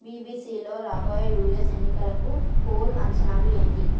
బిబిసిలో రాబోయే యుఎస్ ఎన్నికలకు పోల్ అంచనాలు ఏంటి